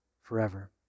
forever